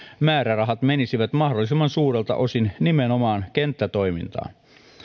määrärahat menisivät mahdollisimman suurelta osin nimenomaan kenttätoimintaan